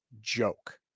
joke